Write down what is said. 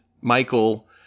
Michael